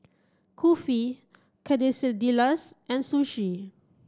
Kulfi Quesadillas and Sushi